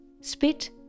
spit